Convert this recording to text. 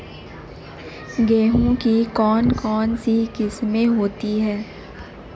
गेहूँ की कौन कौनसी किस्में होती है?